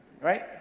Right